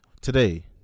Today